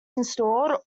installed